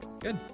Good